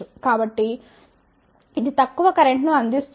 కాబట్టి ఇది తక్కువ కరెంట్ను అందిస్తుంది